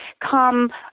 come